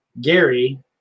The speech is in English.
Gary